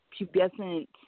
pubescent